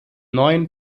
neuen